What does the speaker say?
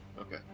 Okay